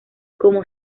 cómo